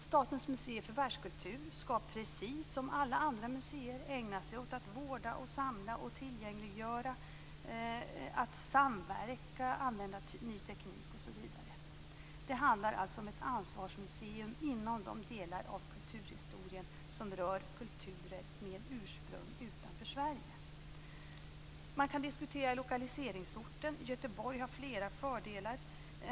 Statens museer för världskultur skall precis som alla andra museer ägna sig åt att vårda, samla och tillgängliggöra, att samverka, använda ny teknik osv. Det handlar alltså om ett ansvarsmuseum inom de delar av kulturhistorien som rör kulturer med ursprung utanför Sverige. Man kan diskutera lokaliseringsorten. Göteborg har flera fördelar.